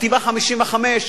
חטיבה 55,